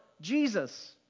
Jesus